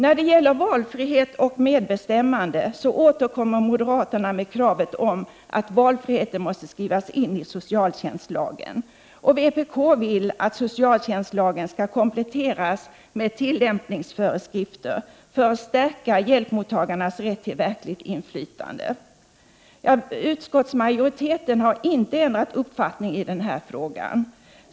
När det gäller valfrihet och medbestämmande återkommer moderaterna med kravet om att valfriheten måste skrivas in i socialtjänstlagen. Vpk vill att socialtjänstlagen skall kompletteras med tillämpningsföreskrifter för att stärka hjälpmottagarnas rätt till verkligt inflytande. Utskottet har inte ändrat uppfattning i den här frågan.